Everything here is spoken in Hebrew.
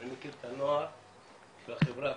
אני מכיר את הנוער של החברה הכללית,